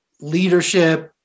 leadership